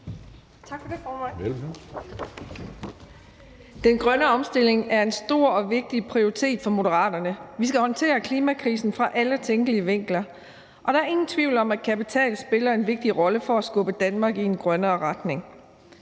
Den grønne omstilling er en stor og vigtig prioritet for Moderaterne. Vi skal håndtere klimakrisen fra alle tænkelige vinkler. Der er ingen tvivl om, at kapital spiller en vigtig rolle for at skubbe Danmark i en grønnere retning.